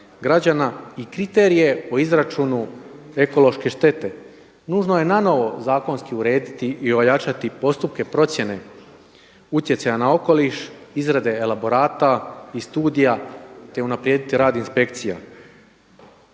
građana i kriterije o izračunu ekološke štete. Nužno je nanovo zakonski urediti i ojačati postupke procjene utjecaja na okoliš, izrade elaborata i studija, te unaprijediti rad inspekcija.